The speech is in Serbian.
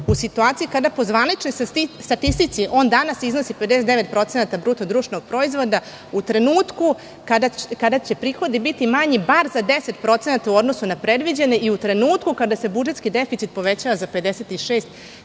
u situaciji kada po zvaničnoj statistici on danas iznosi 59% BDP u trenutku kada će prihodi biti manji bar za 10% u odnosu na predviđene u trenuktu kada se budžetski deficit povećava za 56